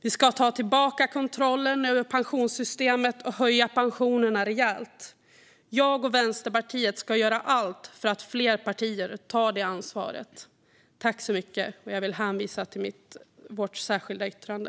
Vi ska ta tillbaka kontrollen över pensionssystemet och höja pensionerna rejält. Jag och Vänsterpartiet ska göra allt för att fler partier ska ta detta ansvar. Jag vill hänvisa till vårt särskilda yttrande.